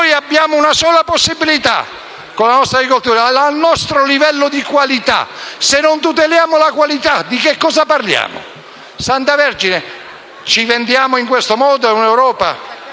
Noi abbiamo una sola possibilità con la nostra agricoltura: il nostro livello di qualità. Se non tuteliamo la qualità di cosa parliamo? Santa Vergine, ci vendiamo in questo modo a un'Europa